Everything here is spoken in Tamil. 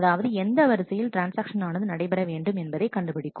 அதாவது எந்த வரிசையில் ட்ரான்ஸ்ஆக்ஷன் ஆனது நடைபெற வேண்டும் என்பதை கண்டுபிடிக்கும்